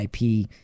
IP